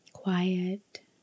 Quiet